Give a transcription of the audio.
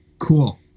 cool